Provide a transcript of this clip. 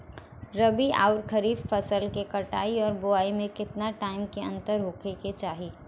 रबी आउर खरीफ फसल के कटाई और बोआई मे केतना टाइम के अंतर होखे के चाही?